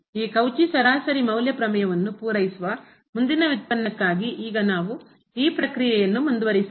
ಈ ಕೌಚಿಯ ಸರಾಸರಿ ಮೌಲ್ಯ ಪ್ರಮೇಯವನ್ನು ಪೂರೈಸುವ ಮುಂದಿನ ವ್ಯುತ್ಪನ್ನಕ್ಕಾಗಿ ಈಗ ನಾವು ಈ ಪ್ರಕ್ರಿಯೆಯನ್ನು ಮುಂದುವರಿಸಬಹುದು